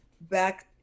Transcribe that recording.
back